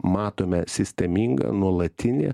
matome sistemingą nuolatinį